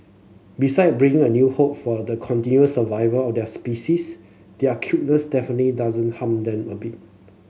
beside bringing a new hope for the continued survival of their species their cuteness definite doesn't harm than a bit